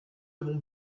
avons